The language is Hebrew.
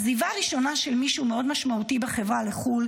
עזיבה ראשונה של מישהו מאוד משמעותי בחברה לחו"ל